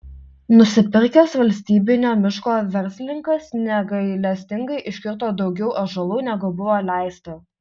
nusipirkęs valstybinio miško verslininkas negailestingai iškirto daugiau ąžuolų negu buvo leista